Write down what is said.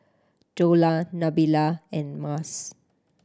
Dollah Nabila and Mas